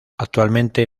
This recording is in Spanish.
actualmente